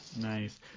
Nice